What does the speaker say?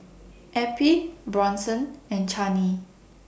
Eppie Bronson and Chaney